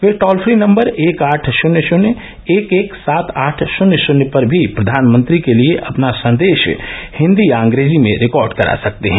वे toll free number एक आठ शन्य शन्य एक एक सात आठ शन्य शन्य पर भी प्रघानमंत्री के लिए अपना संदेश हिंदी या अंग्रेजी में रिकॉर्ड करा सकते हैं